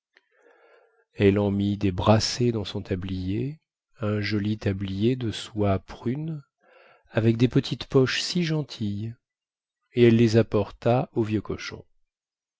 elle en mit des brassées dans son tablier un joli tablier de soie prune avec des petites poches si gentilles et elle les apporta au vieux cochon